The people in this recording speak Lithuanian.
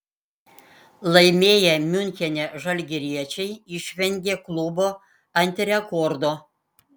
laimėję miunchene žalgiriečiai išvengė klubo antirekordo